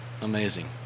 Amazing